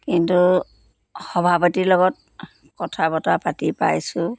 কিন্তু সভাপাতিৰ লগত কথা বতৰা পাতি পাইছোঁ